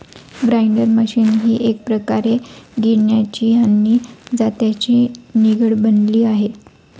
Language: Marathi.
ग्राइंडर मशीन ही एकप्रकारे गिरण्यांची आणि जात्याची निवड बनली आहे